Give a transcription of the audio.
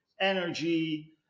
energy